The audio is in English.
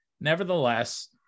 nevertheless